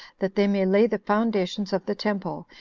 that they may lay the foundations of the temple,